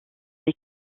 les